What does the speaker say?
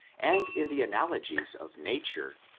and in the analogies of nature,